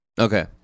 Okay